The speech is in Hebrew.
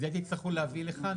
זה תצטרכו להביא לכאן,